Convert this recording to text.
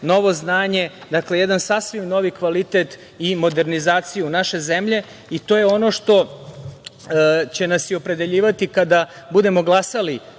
novo znanje. Dakle, to je jedan sasvim novi kvalitet i modernizacija naše zemlje. To je ono što će nas i opredeljivati kada budemo glasali